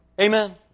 Amen